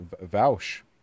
vouch